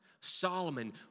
Solomon